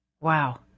Wow